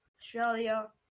Australia